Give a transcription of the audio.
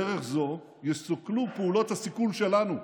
ובדרך זו יסוכלו פעולות הסיכול שלנו.